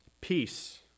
Peace